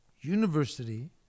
University